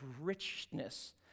richness